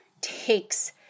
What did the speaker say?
takes